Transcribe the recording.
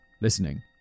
listening